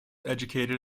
educated